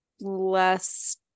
less